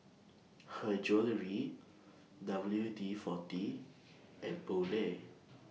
Her Jewellery W D forty and Poulet